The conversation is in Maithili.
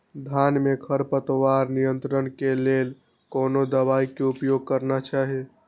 धान में खरपतवार नियंत्रण के लेल कोनो दवाई के उपयोग करना चाही?